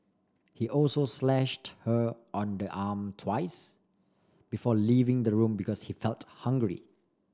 he also slashed her on the arm twice before leaving the room because he felt hungry